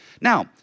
Now